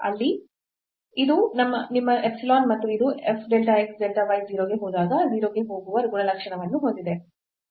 ಅಲ್ಲಿ ಇದು ನಿಮ್ಮ epsilon ಮತ್ತು ಇದು f delta x delta y 0 ಗೆ ಹೋದಾಗ 0 ಗೆ ಹೋಗುವ ಗುಣಲಕ್ಷಣವನ್ನು ಹೊಂದಿದೆ